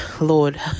Lord